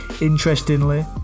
Interestingly